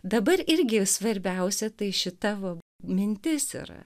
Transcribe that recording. dabar irgi svarbiausia tai šita va mintis yra